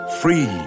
Free